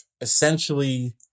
essentially